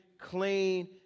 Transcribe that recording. clean